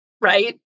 Right